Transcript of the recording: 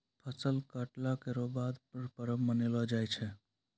फसल कटला केरो बाद परब मनैलो जाय छै